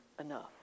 enough